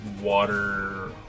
water